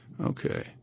Okay